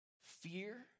fear